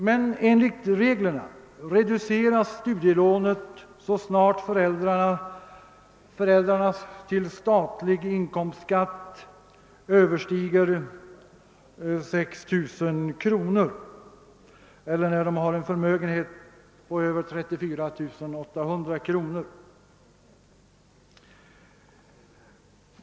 Men enligt reglerna reduceras studielånet så snart föräldrarnas till statlig inkomstskatt beskattningsbara inkomst överstiger 6 000 kronor, eller när de har en förmögenhet på över 34 800 kronor.